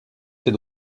ces